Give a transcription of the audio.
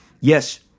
yes